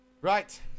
Right